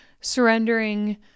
surrendering